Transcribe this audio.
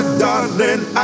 darling